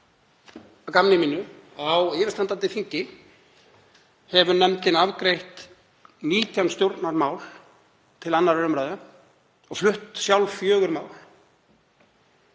saman að gamni mínu að á yfirstandandi þingi hefur nefndin afgreitt 19 stjórnarmál til 2. umr. og flutt sjálf fjögur mál.